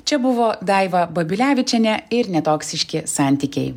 čia buvo daiva babilevičienė ir netoksiški santykiai